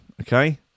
okay